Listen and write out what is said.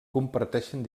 comparteixen